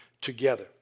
together